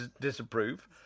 disapprove